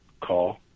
call